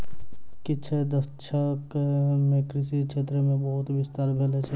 किछ दशक मे कृषि क्षेत्र मे बहुत विस्तार भेल छै